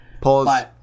Pause